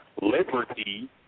liberty